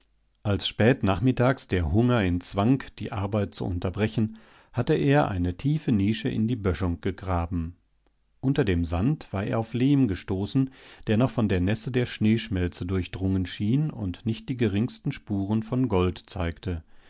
als spät nachmittags der hunger ihn zwang die arbeit zu unterbrechen hatte er eine tiefe nische in die böschung gegraben unter dem sand war er auf lehm gestoßen der noch von der nässe der schneeschmelze durchdrungen schien und nicht die geringsten spuren von gold zeigte